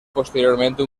posteriormente